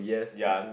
ya